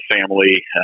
family